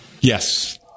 Yes